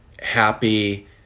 happy